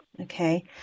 Okay